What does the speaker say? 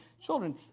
children